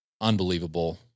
Unbelievable